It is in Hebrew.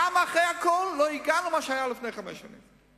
אחרי הכול גם לא הגענו למה שהיה לפני חמש שנים.